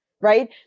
right